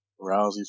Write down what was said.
Rousey